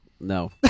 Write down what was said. No